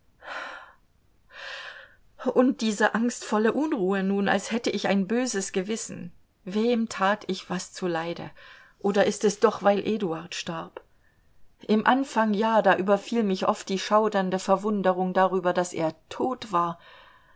und diese angstvolle unruhe nun als hätte ich ein böses gewissen wem tat ich was zu leide oder ist es doch weil eduard starb im anfang ja da überfiel mich oft die schaudernde verwunderung darüber daß er tot war